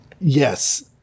Yes